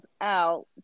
out